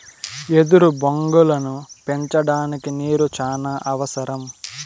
ఎదురు బొంగులను పెంచడానికి నీరు చానా అవసరం